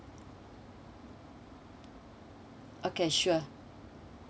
okay sure